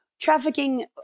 trafficking